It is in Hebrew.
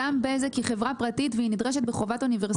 גם בזק היא חברה פרטית והיא נדרשת בחובת אוניברסליות.